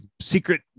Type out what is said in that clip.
secret